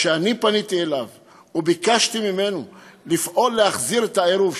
כשאני פניתי אליו וביקשתי ממנו לפעול להחזיר את העירוב,